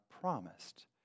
promised